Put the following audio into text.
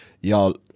y'all